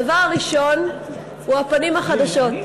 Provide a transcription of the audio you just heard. הדבר הראשון הוא הפנים החדשות.